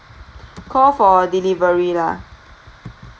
call for delivery lah